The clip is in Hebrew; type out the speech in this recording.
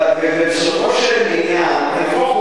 אבל בסופו של עניין --- נהפוך הוא,